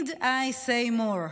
Need I say more?